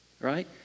right